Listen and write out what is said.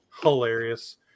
Hilarious